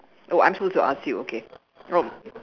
oh I'm supposed to ask you okay oh